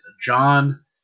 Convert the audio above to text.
John